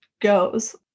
goes